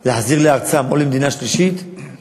להחזיר לארצם או למדינה שלישית,